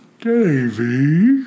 Davy